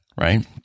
right